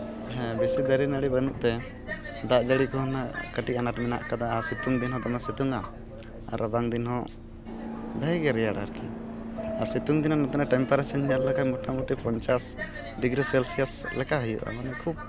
ᱦᱮᱸ ᱵᱮᱥᱤ ᱫᱟᱨᱮ ᱱᱟᱲᱤ ᱵᱟᱹᱱᱩᱜ ᱛᱮ ᱫᱟᱜ ᱡᱟᱹᱲᱤ ᱠᱚᱦᱚᱸ ᱱᱟᱜ ᱠᱟᱹᱴᱤᱡ ᱟᱱᱟᱴ ᱢᱮᱱᱟᱜ ᱠᱟᱫᱟ ᱟᱨ ᱥᱤᱛᱩᱝ ᱫᱤᱱ ᱦᱚᱸ ᱫᱚᱢᱮ ᱥᱤᱛᱩᱝᱼᱟ ᱟᱨ ᱨᱟᱵᱟᱝ ᱫᱤᱱ ᱦᱚᱸ ᱵᱷᱟᱹᱜᱤ ᱜᱮ ᱨᱮᱭᱟᱲᱟ ᱟᱨᱠᱤ ᱟᱨ ᱥᱤᱛᱩᱝ ᱫᱤᱱ ᱱᱚᱛᱮᱱᱟᱜ ᱴᱮᱢᱯᱟᱨᱮᱪᱟᱨ ᱧᱮᱞ ᱞᱮᱠᱷᱟᱱ ᱢᱚᱴᱟᱢᱩᱴᱤ ᱯᱚᱧᱪᱟᱥ ᱰᱤᱜᱽᱨᱤ ᱥᱮᱞᱥᱤᱭᱟᱥ ᱞᱮᱠᱟ ᱦᱩᱭᱩᱜᱼᱟ ᱢᱟᱱᱮ ᱠᱷᱩᱵ